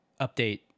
update